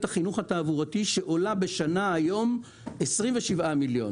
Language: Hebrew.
החינוך התעבורתי שעולה היום 27 מיליון שקלים בשנה.